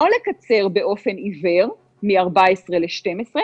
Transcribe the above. לא לקצר באופן עיוור מ-14 ל-12,